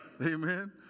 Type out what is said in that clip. Amen